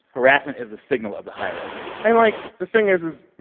harassment is a signal of the hierarchy and, like, the thing is is